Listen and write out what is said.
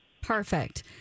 Perfect